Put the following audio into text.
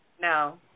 No